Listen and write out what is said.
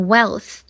Wealth